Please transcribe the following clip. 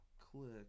Click